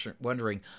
wondering